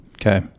Okay